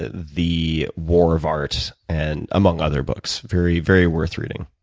ah the war of art, and among other books very very worth reading.